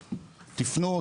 תפנו,